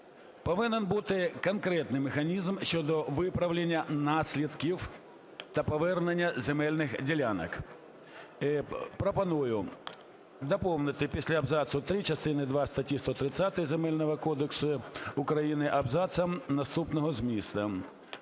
Повинен бути конкретний механізм щодо виправлення наслідків та повернення земельних ділянок. Пропоную доповнити після абзацу три частини два статті 130 Земельного кодексу України абзацом наступного змісту: